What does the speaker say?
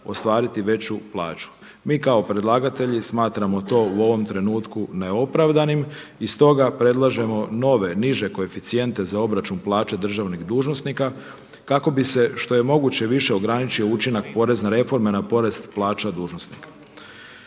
ostvariti veću plaću. Mi kao predlagatelji smatramo to u ovom trenutku neopravdanim i stoga predlažemo nove niže koeficijente za obračun plaća državnih dužnosnika kako bi se što je moguće više ograničio učinak porezne reforme na porast plaća dužnosnika.